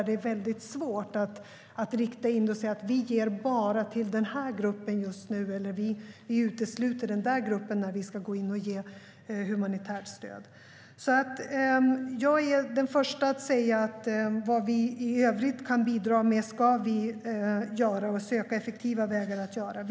Det är väldigt svårt att rikta in det och säga att vi bara ger till den här gruppen just nu eller att vi utesluter den där gruppen när vi ska ge humanitärt stöd. Jag är den första att säga: Vad vi i övrigt kan bidra med ska vi göra, och vi ska söka effektiva vägar att göra det.